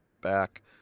back